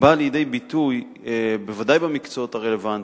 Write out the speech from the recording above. באה לידי ביטוי, בוודאי במקצועות הרלוונטיים,